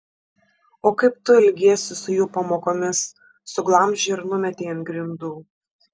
o kaip tu elgiesi su jų pamokomis suglamžei ir numetei ant grindų